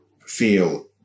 feel